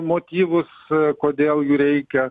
motyvus kodėl jų reikia